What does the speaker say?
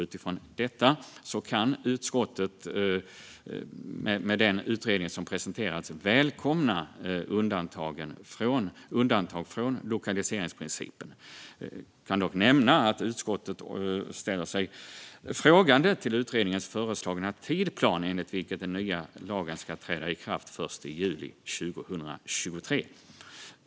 Utifrån detta kan utskottet med den utredning som nu presenterats välkomna undantag från lokaliseringsprincipen. Jag kan dock nämna att utskottet ställer sig frågande till utredningens föreslagna tidsplan, enligt vilken den nya lagen ska träda i kraft först i juli 2023.